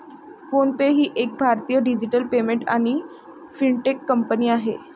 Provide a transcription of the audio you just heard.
phone पे ही एक भारतीय डिजिटल पेमेंट आणि फिनटेक कंपनी आहे